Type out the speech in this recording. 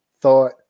thought